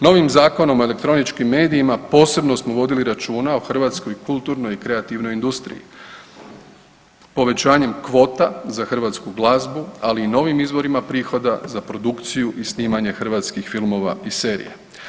Novim Zakonom o elektroničkim medijima posebno smo vodili računa o Hrvatskoj kulturnoj i kreativnoj industriji povećanjem kvota za hrvatsku glazbu, ali i novim izvorima prihoda za produkciju i snimanje hrvatskih filmova i serija.